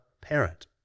parent